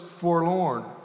forlorn